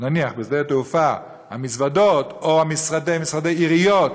נניח בשדה-תעופה, המזוודות או משרדי עיריות